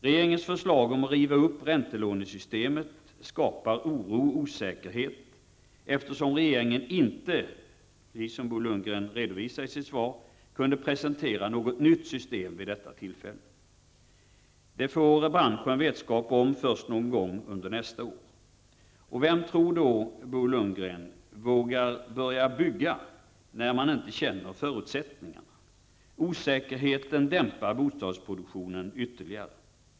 Regeringens förslag om att riva upp räntelånesystemet skapar oro och osäkerhet, eftersom regeringen inte, liksom Bo Lundgren redovisar i sitt svar, kunde presentera något nytt system. Det får branschen vetskap om först någon gång under nästa år. Vem vågar då, Bo Lundgren, bygga nytt när man inte känner förutsättningarna? Osäkerheten dämpar bostadsproduktionen ytterligare.